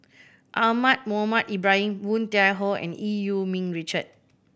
Ahmad Mohamed Ibrahim Woon Tai Ho and Eu Yee Ming Richard